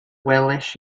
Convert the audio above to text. gwelais